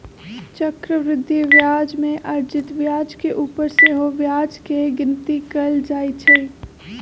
चक्रवृद्धि ब्याज में अर्जित ब्याज के ऊपर सेहो ब्याज के गिनति कएल जाइ छइ